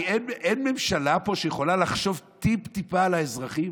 אין ממשלה פה שיכולה לחשוב טיפ-טיפה על האזרחים?